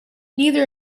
neither